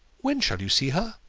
when shall you see her?